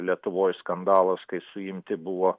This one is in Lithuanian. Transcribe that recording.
lietuvoj skandalas kai suimti buvo